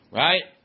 right